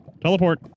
Teleport